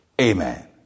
Amen